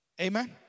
Amen